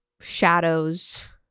shadows